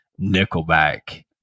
Nickelback